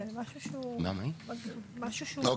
זה משהו שהוא סטנדרטי.